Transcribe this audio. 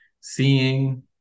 seeing